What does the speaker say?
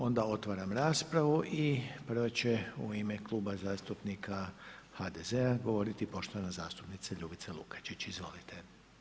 Onda otvaram raspravu i prva će u ime Kluba zastupnika HDZ-a govoriti poštovana zastupnica Ljubica Lukačić, izvolite.